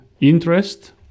interest